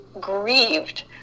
grieved